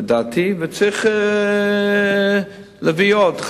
לדעתי, וצריך להביא עוד.